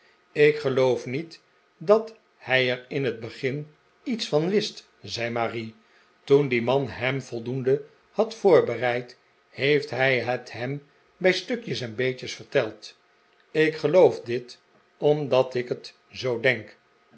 ik geloof niet dat hij er in het begin iets van wist zei marie toen die man hem voldoende had voorbereid heeft hij het hem bij stukjes en beetjes verteld ik geloof dit omdat ik het zoo denk